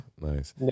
Nice